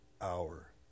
hour